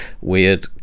weird